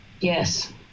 Yes